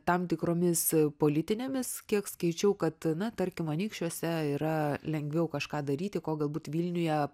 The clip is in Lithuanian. tam tikromis politinėmis kiek skaičiau kad na tarkim anykščiuose yra lengviau kažką daryti ko galbūt vilniuje